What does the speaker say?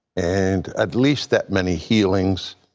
and at least that many healings.